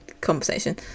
conversation